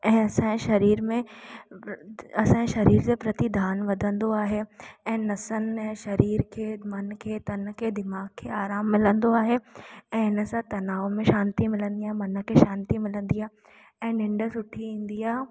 ऐं असांजे शरीर में असांजे शरीर जे प्रति ध्यानु वधंदो आहे ऐं नसुनि ऐं शरीर खे मन खे तन खे दिमाग़ खे आराम मिलंदो आहे ऐं इन सां तनाव में शांति मिलंदी आहे मन खे शांति मिलंदी आहे ऐं निंड सुठी ईंदी आहे